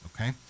okay